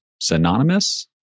synonymous